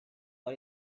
for